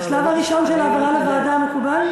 השלב הראשון של העברה לוועדה מקובל?